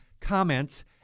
Comments